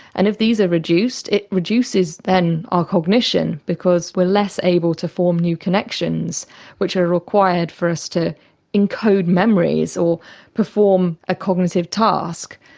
and if these are reduced it reduces then our cognition because we are less able to form new connections which are required for us to encode memories or perform a cognitive task.